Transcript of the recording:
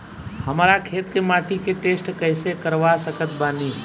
हमरा खेत के माटी के टेस्ट कैसे करवा सकत बानी?